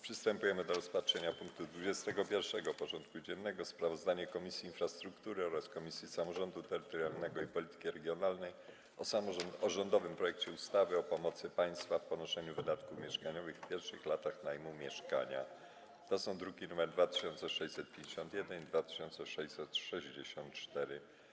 Przystępujemy do rozpatrzenia punktu 21. porządku dziennego: Sprawozdanie Komisji Infrastruktury oraz Komisji Samorządu Terytorialnego i Polityki Regionalnej o rządowym projekcie ustawy o pomocy państwa w ponoszeniu wydatków mieszkaniowych w pierwszych latach najmu mieszkania (druki nr 2651 i 2664)